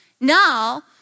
Now